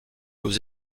aux